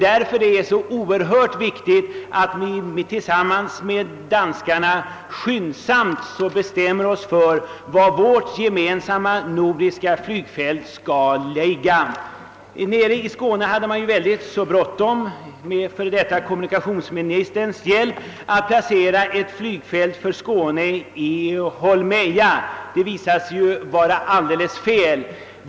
Därför är det oerhört viktigt att vi tillsammans med danskarna skyndsamt bestämmer oss för var vårt gemensamma nordiska flygfält skall ligga. I Skåne hade man med förre kommunikationsministerns hjälp mycket bråttom att placera ett flygfält för Skåne i Holmeja. Detta visade sig vara alldeles felaktigt.